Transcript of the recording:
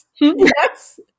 Yes